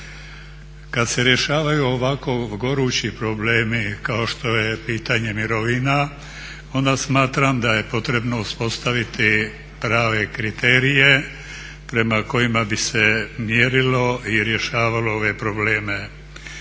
Kad se rješavaju ovako gorući problemi kao što je pitanje mirovina onda smatram da je potrebno uspostaviti prave kriterije prema kojima bi se mjerilo i rješavalo ove probleme.